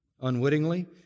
unwittingly